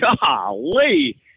Golly